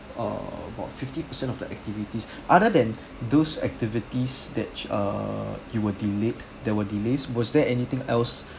err about fifty percent of the activities other than those activities that err you were delayed that were delays was there anything else